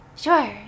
Sure